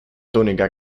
túnica